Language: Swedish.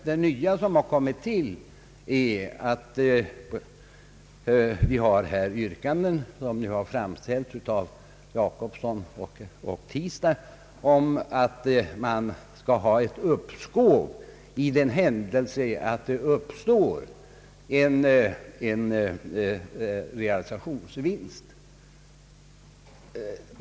Det nya är att det nu föreligger yrkanden av herrar Jacobsson och Tistad om ett uppskov med beskattningen i den händelse det uppstår en realisationsvinst.